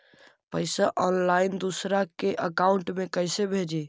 पैसा ऑनलाइन दूसरा के अकाउंट में कैसे भेजी?